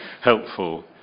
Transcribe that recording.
helpful